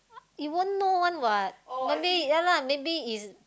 you won't know one what maybe ya lah maybe is